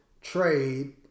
trade